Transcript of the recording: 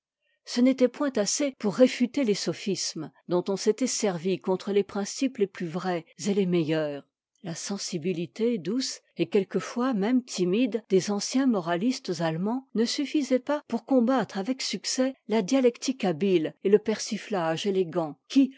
ce n'était point assez pour réfuter les sophismes dont on s'était servi contre les principes les plus vrais et les meilleurs la sensibilité douce et quelquefois même timide des anciens moralistes allemands ne suffisait pas pour combattre avec succès la dialectique habile et le persiflage élégant qui